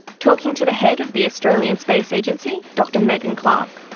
talking to the head of the australian space agency dr megan clark,